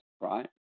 right